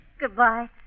Goodbye